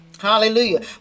Hallelujah